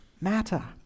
matter